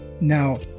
Now